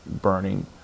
burning